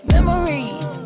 Memories